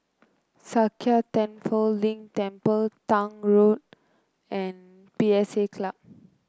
Sakya Tenphel Ling Temple Tank Road and P S A Club